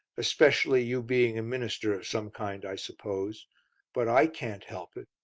especially you being a minister of some kind, i suppose but i can't help it,